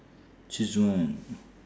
choose one